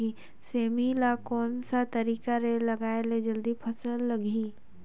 सेमी ला कोन सा तरीका से लगाय ले जल्दी फल लगही?